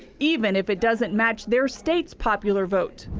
even if it doesn't match their state's popular vote.